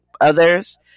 others